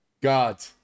God